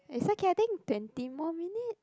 it's okay I think twenty more minutes